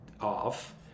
off